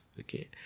Okay